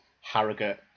Harrogate